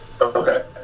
Okay